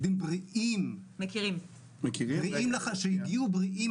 ילדים בריאים שהגיעו בריאים לקורונה.